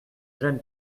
gêne